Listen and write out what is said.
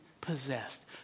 possessed